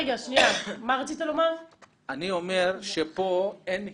פה אין היגיון.